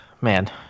Man